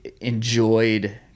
enjoyed